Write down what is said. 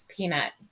Peanut